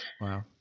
wow